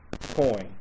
coin